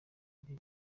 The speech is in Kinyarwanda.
ari